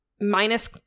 minus